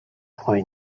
point